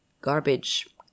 garbage